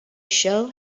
shall